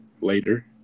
Later